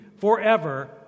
forever